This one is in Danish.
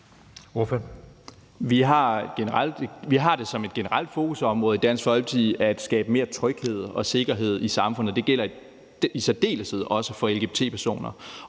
Vi har det som et generelt fokusområde i Dansk Folkeparti at skabe mere tryghed og sikkerhed i samfundet. Det gælder i særdeleshed også for lgbt-personer,